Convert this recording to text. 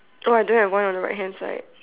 oh I don't have one on the right hand side